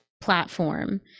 platform